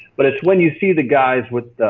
but its when you see the guys with